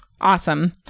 Awesome